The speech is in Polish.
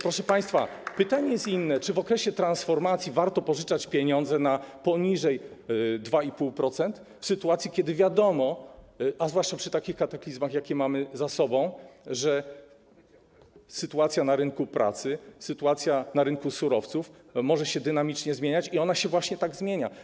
Proszę państwa, pytanie jest inne: Czy w okresie transformacji warto pożyczać pieniądze na mniej niż 2,5%, skoro wiadomo, zwłaszcza przy takich kataklizmach, jakie mamy za sobą, że sytuacja na rynku pracy, na rynku surowców może się dynamicznie zmieniać i ona się właśnie tak zmienia.